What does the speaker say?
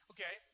Okay